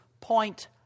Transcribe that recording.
point